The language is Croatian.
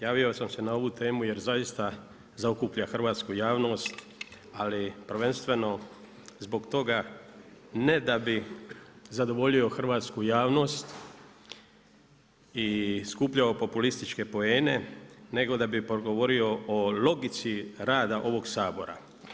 Javio sam se na ovu temu jer zaista zaokuplja hrvatsku javnost, ali prvenstveno zbog toga ne da bi zadovoljio hrvatsku javnost i skupljao populističke poene, nego da bi progovorio o logici rada ovog Sabora.